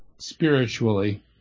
spiritually